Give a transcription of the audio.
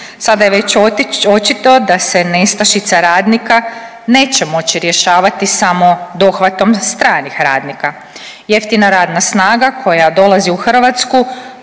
Sada je već očito da se nestašica radnika neće moći rješavati samo dohvatom stranih radnika. Jeftina radna snaga koja dolazi u Hrvatsku